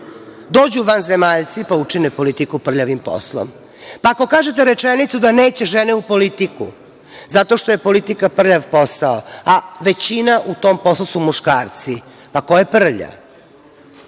Dođu vanzemaljci pa učine politiku prljavim poslom. Pa ako kažete rečenicu da neće žene u politiku zato što je politika prljav posao, a većina u tom poslu su muškarci, pa ko je prljav?